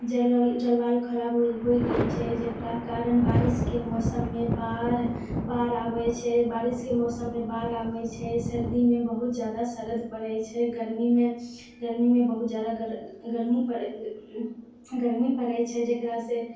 जलवायु खराब होए गेल छै जेकरा कारण बारिशके मौसममे बाढ़ बाढ़ आबै छै बारिशके मौसममे बाढ़ आबै छै सर्दीमे बहुत जादा शरद पड़ै छै गर्मीमे गर्मीमे बहुत जादा गर्मी पड़ै गर्मी पड़ै छै जकरा से